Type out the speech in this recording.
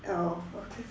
oh okay